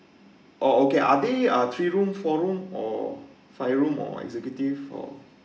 oh okay are there are three room four room or five room or executive for